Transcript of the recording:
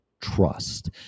trust